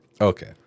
okay